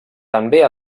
també